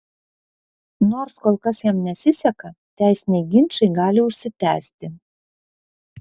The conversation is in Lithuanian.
nors kol kas jam nesiseka teisiniai ginčai gali užsitęsti